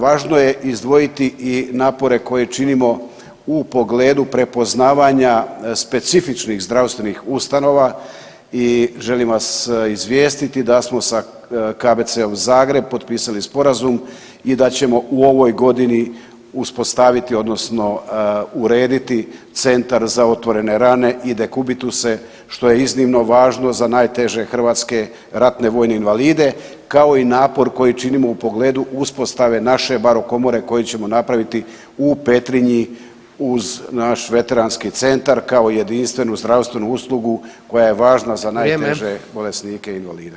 Važno je izdvojiti i napore koje činimo u pogledu prepoznavanja specifičnih zdravstvenih ustanova i želim vas izvijestiti da smo sa KBC-om Zagreb potpisali sporazum i da ćemo u ovoj godini uspostaviti, odnosno urediti centar za otvorene rane i dekubituse što je iznimno važno za najteže hrvatske ratne vojne invalide kao i napor koji činimo u pogledu uspostave naše baro komore koju ćemo napraviti u Petrinji uz naš veteranski centar kao jedinstvenu zdravstvenu uslugu koja je važna za najteže bolesnike invalide.